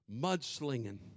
mudslinging